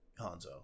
Hanzo